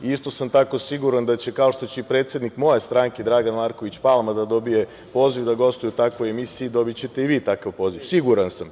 Isto sam tako siguran da će, kao što će i predsednik moje stranke Dragan Marković Palma da dobije poziv da gostuje u takvoj emisiji, dobićete i vi takav poziv siguran sam.